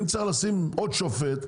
אם צריך לשים עוד שופט,